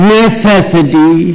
necessity